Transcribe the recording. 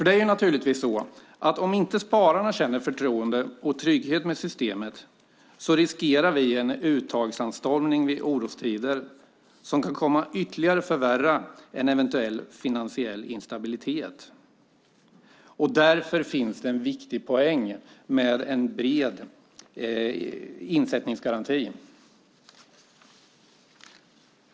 Det är naturligtvis så att vi om spararna inte känner ett förtroende och en trygghet med systemet riskerar en uttagsanstormning i orostider, något som ytterligare kan komma att förvärra eventuell finansiell instabilitet. Därför är det en viktig poäng i att ha en bred insättningsgaranti.